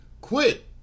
quit